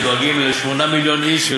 שדואגים ל-8 מיליון איש,